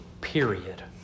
period